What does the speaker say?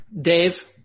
Dave